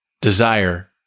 desire